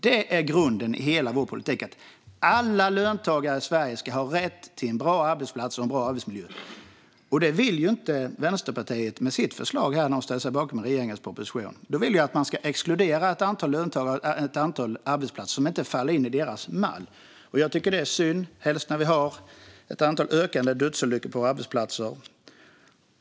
Detta är grunden för hela vår politik: Alla löntagare i Sverige ska ha rätt till en bra arbetsplats och en bra arbetsmiljö. Det vill inte Vänsterpartiet när de med sitt förslag ställer sig bakom regeringens proposition. De vill att man ska exkludera ett antal löntagare och arbetsplatser som inte passar in i deras mall. Jag tycker att det är synd, särskilt som vi har ett ökande antal dödsolyckor på våra arbetsplatser.